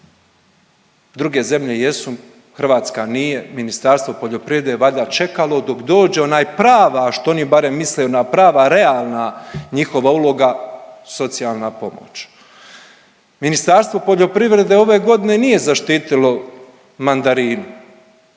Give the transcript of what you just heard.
druge zemlje jesu Hrvatska nije, Ministarstvo poljoprivrede je valjda čekalo dok dođe onaj prava što oni barem misle ona prava realna njihova uloga socijalna pomoć. Ministarstvo poljoprivrede ove godine nije zaštitilo mandarinu